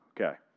Okay